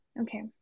okay